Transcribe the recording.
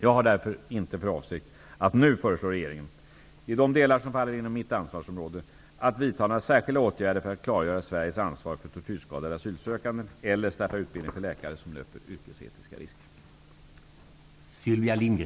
Jag har därför inte för avsikt att nu föreslå regeringen -- i de delar det faller inom mitt ansvarsområde -- att vidta några särskilda åtgärder för att klargöra Sveriges ansvar för tortyrskadade asylsökande eller starta utbildning för läkare som löper yrkesetiska risker.